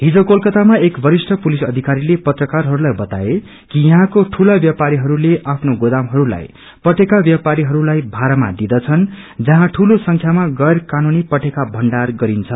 हिज कोलकातामा एक वरिष्ठ पुलिस अधिकारीले पत्राकारहरूलाई बताए कि यहाँको ठूला व्यापारीहरूले आफ्नो गोदामहस्लाई पटेका व्यापारीहरूलाई भाड़ामा दिँदछन् जहाँ ठूलो संख्यामा गैर कानूनी पटेका भण्डार गरिन्छ